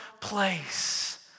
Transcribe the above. place